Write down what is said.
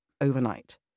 overnight